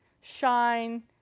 shine